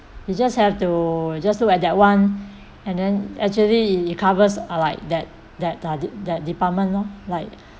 you just have to just look at that one and then actually it covers uh like that that tar~ that department lor like